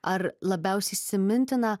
ar labiausiai įsimintiną